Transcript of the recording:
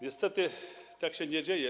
Niestety tak się nie dzieje.